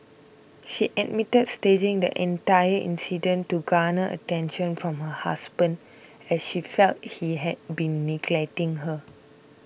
she admitted staging the entire incident to garner attention from her husband as she felt he had been neglecting her